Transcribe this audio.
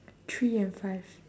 three and five